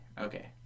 okay